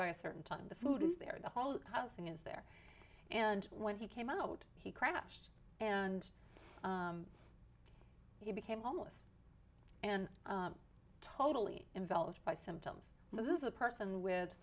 by a certain time the food is there the whole housing is there and when he came out he crashed and he became homeless and totally involved by symptoms so this is a person with